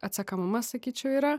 atsekamumas sakyčiau yra